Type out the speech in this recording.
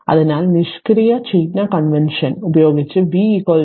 അതിനാൽ നിഷ്ക്രിയ ചിഹ്ന കൺവെൻഷൻ ഉപയോഗിച്ച് v L di dt